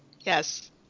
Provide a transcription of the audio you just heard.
Yes